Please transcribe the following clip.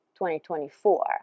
2024